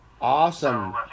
awesome